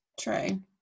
True